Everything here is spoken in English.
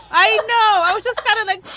i know. i was just kind of like